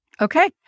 Okay